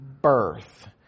birth